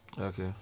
Okay